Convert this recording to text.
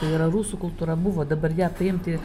tai yra rusų kultūra buvo dabar ją paimti